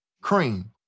Cream